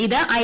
ഇത് ഐ